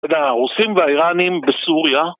אתה יודע, הרוסים והאיראניים בסוריה